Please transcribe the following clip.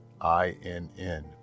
I-N-N